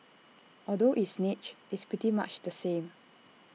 although it's niche it's pretty much the same